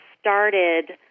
started